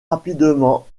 rapidement